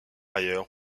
ailleurs